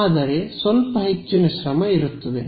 ಆದರೆ ಸ್ವಲ್ಪ ಹೆಚ್ಚಿನ ಶ್ರಮ ಇರುತ್ತದೆ